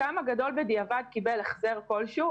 חלקן הגדול קיבל החזר מסוים בדיעבד,